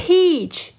Peach